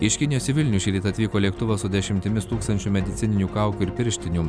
iš kinijos į vilnių šįryt atvyko lėktuvas su dešimtimis tūkstančių medicininių kaukių ir pirštinių